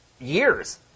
years